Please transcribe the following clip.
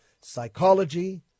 Psychology